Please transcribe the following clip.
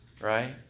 right